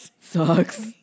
sucks